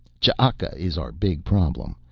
ch'aka is our big problem,